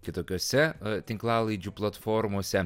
kitokiose tinklalaidžių platformose